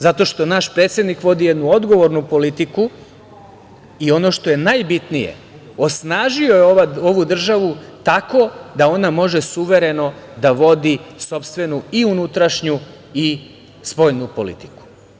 Zato što naš predsednik vodi jednu odgovornu politiku i, ono što je najbitnije, osnažio je ovu državu tako da ona može suvereno da vodi sopstvenu i unutrašnju i spoljnu politiku.